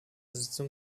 sitzung